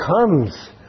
comes